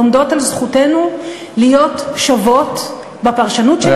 עומדות על זכותנו להיות שוות בפרשנות של ההלכה,